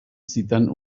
zuten